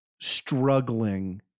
struggling